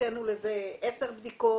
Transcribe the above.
הקצנו לזה 10 בדיקות.